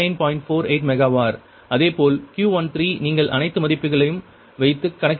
48 megawatt அதே போல் Q13 நீங்கள் அனைத்து மதிப்புகளையும் வைத்து கணக்கிடுகிறீர்கள் Q13 108